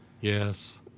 Yes